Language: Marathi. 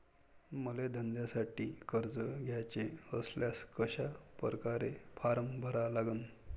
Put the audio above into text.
मले धंद्यासाठी कर्ज घ्याचे असल्यास कशा परकारे फारम भरा लागन?